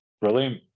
brilliant